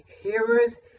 hearers